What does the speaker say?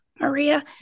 Maria